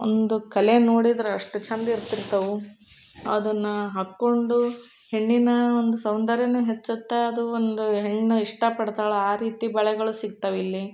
ಒಂದು ಕಲೆ ನೋಡಿದ್ರೆ ಅಷ್ಟು ಚಂದಿರ್ತಿರ್ತವೆ ಅದನ್ನು ಹಾಕಿಕೊಂಡು ಹೆಣ್ಣಿನ ಒಂದು ಸೌಂದರ್ಯನೂ ಹೆಚ್ಚುತ್ತೆ ಅದು ಒಂದು ಹೆಣ್ಣು ಇಷ್ಟಪಡ್ತಾಳೆ ಆ ರೀತಿ ಬಳೆಗಳು ಸಿಗ್ತಾವೆ ಇಲ್ಲಿ